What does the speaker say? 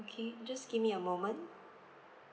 okay just give me a moment